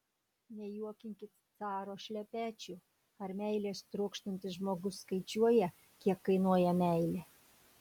nejuokinkit caro šlepečių ar meilės trokštantis žmogus skaičiuoja kiek kainuoja meilė